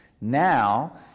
now